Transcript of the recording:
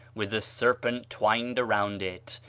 with the serpent twined around it,